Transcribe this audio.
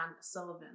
Sullivan